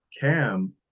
cam